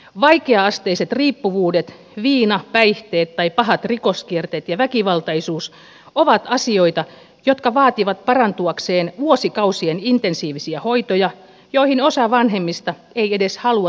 vaikea asteiset riippuvuudet viina päihteet tai pahat rikoskierteet ja väkivaltaisuus ovat asioita jotka vaativat parantuakseen vuosikausien intensiivisiä hoitoja joihin osa vanhemmista ei edes halua tai pysty